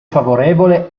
favorevole